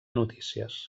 notícies